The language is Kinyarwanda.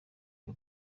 bya